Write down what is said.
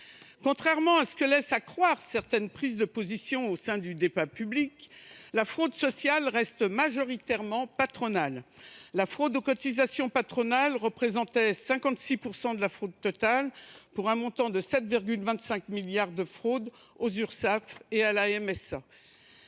Contrairement à ce que laissent accroire certaines prises de position au sein du débat public, la fraude sociale reste majoritairement patronale : la fraude aux cotisations patronales représente 56 % de la fraude totale, pour un montant de 7,25 milliards d’euros de fraudes aux Urssaf et à la